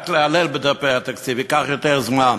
רק לעלעל בדפי התקציב ייקח יותר זמן.